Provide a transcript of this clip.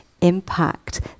impact